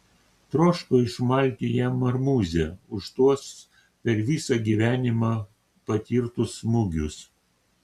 troško išmalti jam marmūzę už tuos per visą gyvenimą patirtus smūgius